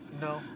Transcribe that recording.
No